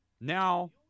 Now